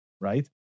right